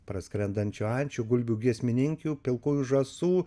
praskrendančių ančių gulbių giesmininkių pilkųjų žąsų